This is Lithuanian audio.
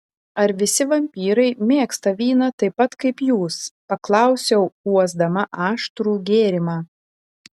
ar visi vampyrai mėgsta vyną taip pat kaip jūs paklausiau uosdama aštrų gėrimą